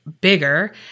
bigger